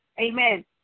Amen